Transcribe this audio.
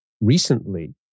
recently